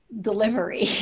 delivery